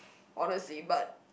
honestly but